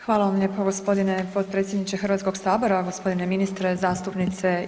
Hvala vam lijepa gospodine potpredsjedniče Hrvatskog sabora, gospodine ministre, zastupnice